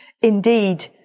Indeed